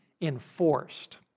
enforced